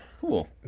Cool